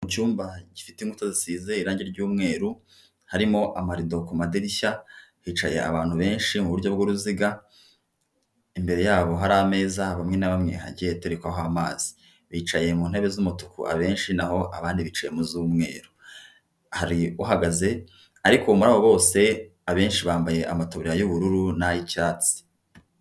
Mu cyumba gifite imbuto zisize irangi ry'umweru harimo amarido ku madirishya, hicaye abantu benshi mu buryo bw'uruziga, imbere yabo hari ameza bamwe na bamwe hagiyetererekaho amazi bicaye mu ntebe z'umutuku abenshi naho abandi bicaye mu z'umweru, hari uhagaze ariko muri abo bose abenshi bambaye amataburiya y'ubururu n'ay'icyatsi.